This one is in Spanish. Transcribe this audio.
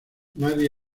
nadie